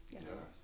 Yes